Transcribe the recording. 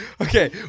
Okay